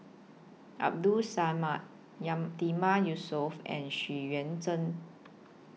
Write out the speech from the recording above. Abdul Samad Yatiman Yusof and Xu Yuan Zhen